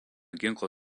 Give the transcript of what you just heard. ginklo